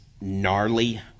gnarly